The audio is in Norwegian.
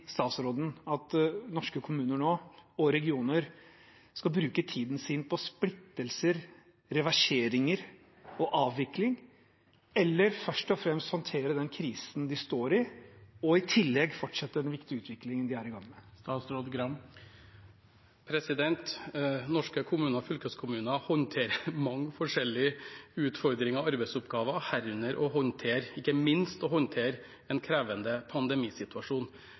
statsråden at norske kommuner og regioner nå skal bruke tiden sin på splittelse, reversering og avvikling? Eller skal de først og fremst håndtere den krisen de står i, og i tillegg fortsette den viktige utviklingen de er i gang med? Norske kommuner og fylkeskommuner håndterer mange forskjellige utfordringer og arbeidsoppgaver, herunder ikke minst en krevende pandemisituasjon.